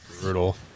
Brutal